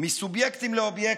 מסובייקטים לאובייקטים,